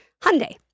Hyundai